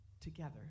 Together